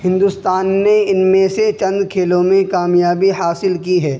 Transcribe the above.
ہندوستان نے ان میں سے چند کھیلوں میں کامیابی حاصل کی ہے